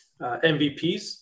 MVPs